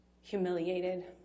Humiliated